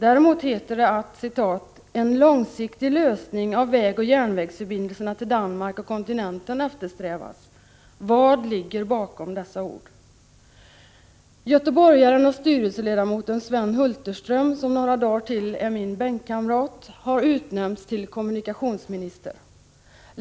Däremot heter det: ”En långsiktig lösning av vägoch järnvägsförbindelserna till Danmark och kontinenten eftersträvas.” Vad ligger bakom dessa ord? Göteborgaren och styrelseledamoten Sven Hulterström, som några dagar till är min bänkkamrat, har utnämnts till kommunikationsminister.